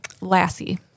Lassie